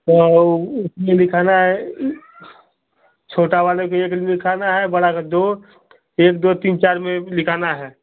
तो उतने में लिखाना है छोटा वाले का एक में लिखाना है बड़ा का दो एक दो तीन चार में लिखाना है